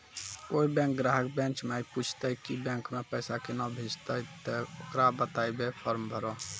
कोय बैंक ग्राहक बेंच माई पुछते की बैंक मे पेसा केना भेजेते ते ओकरा बताइबै फॉर्म भरो